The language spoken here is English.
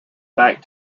back